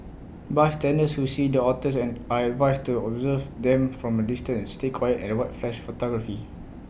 bystanders who see the otters and are advised to observe them from A distance stay quiet and avoid flash photography